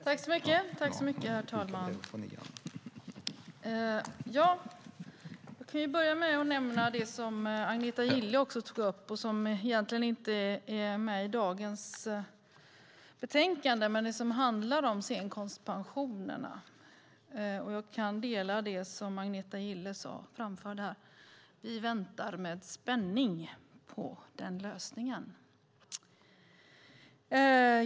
Herr talman! Jag kan börja med att nämna det som Agneta Gille också tog upp men som egentligen inte är med i dagens betänkande, det som handlar om scenkonstpensionerna. Jag kan instämma i det som Agneta Gille framförde här. Vi väntar med spänning på den lösningen.